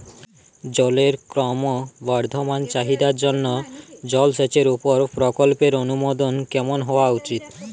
জলের ক্রমবর্ধমান চাহিদার জন্য জলসেচের উপর প্রকল্পের অনুমোদন কেমন হওয়া উচিৎ?